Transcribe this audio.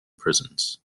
prisons